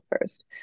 first